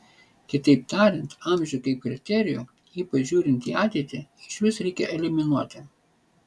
kitaip tariant amžių kaip kriterijų ypač žiūrint į ateitį išvis reikia eliminuoti